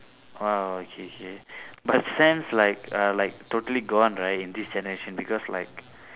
!wow! okay okay but stamps like uh like totally gone right in this generation because like